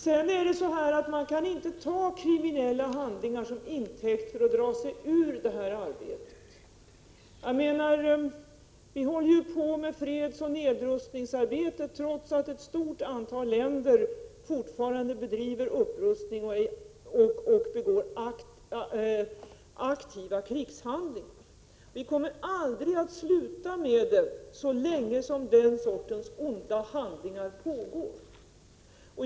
Sedan är det så att man inte kan ta kriminella handlingar till intäkt för att dra sig ur arbetet. Vi håller ju på med fredsoch nedrustningsarbetet trots att ett stort antal länder fortfarande bedriver upprustning och begår aktiva krigshandlingar. Vi kommer aldrig att sluta med det så länge den sortens onda handlingar pågår.